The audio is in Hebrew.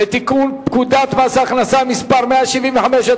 לתיקון פקודת מס הכנסה (מס' 175),